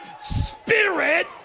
spirit